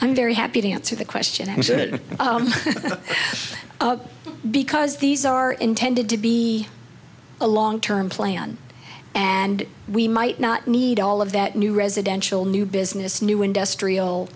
i'm very happy to answer the question and say that because these are intended to be a long term plan and we might not need all of that new residential new business new industrial